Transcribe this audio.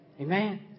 Amen